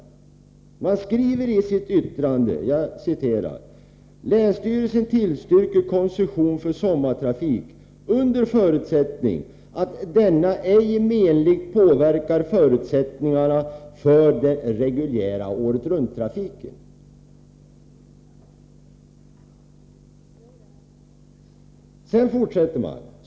Länsstyrelsen skriver i sitt yttrande: ”Länsstyrelsen tillstyrker koncession för sommartrafik under förutsättning att denna ej menligt påverkar förutsättningarna för den reguljära åretrunttrafiken.